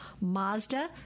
Mazda